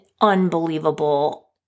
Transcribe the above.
unbelievable